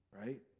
right